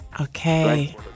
okay